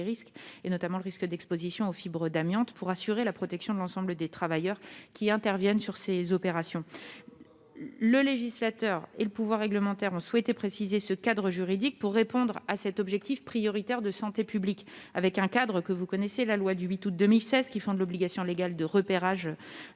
notamment le risque d'exposition aux fibres d'amiante, pour assurer la protection de l'ensemble des travailleurs qui interviennent sur ces opérations. Ce n'est pas la question ! Le législateur et le pouvoir réglementaire ont souhaité préciser le cadre juridique visant à répondre à cet objectif prioritaire de santé publique. Ce cadre, vous le connaissez : la loi du 8 août 2016 fonde l'obligation légale de repérage